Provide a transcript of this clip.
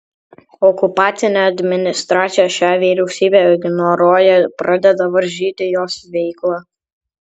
okupacinė administracija šią vyriausybę ignoruoja pradeda varžyti jos veiklą